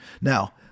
Now